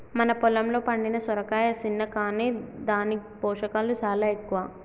మన పొలంలో పండిన సొరకాయ సిన్న కాని దాని పోషకాలు సాలా ఎక్కువ